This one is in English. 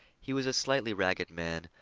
he was a slightly ragged man,